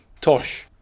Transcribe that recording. Tosh